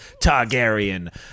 Targaryen